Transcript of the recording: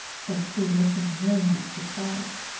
said she, looking very much surprised.